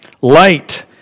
light